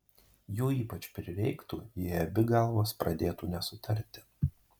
jų ypač prireiktų jei abi galvos pradėtų nesutarti